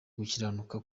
gukiranuka